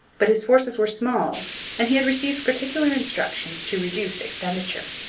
but his forces were small and he had received particular instructions to reduce expenditure.